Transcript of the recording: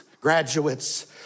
graduates